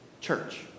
Church